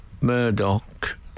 Murdoch